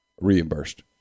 Reimbursed